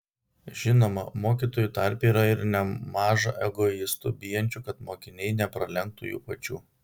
žinoma mokytojų tarpe yra ir nemaža egoistų bijančių kad mokiniai nepralenktų jų pačių